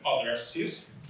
addresses